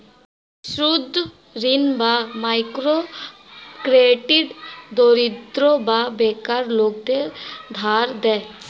ক্ষুদ্র ঋণ বা মাইক্রো ক্রেডিট দরিদ্র বা বেকার লোকদের ধার দেয়